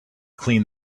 clean